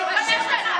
תתבייש לך.